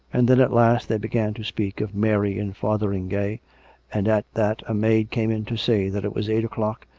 and then at last they began to speak of mary in fother ingay and at that a maid came in to say that it was eight o'clock,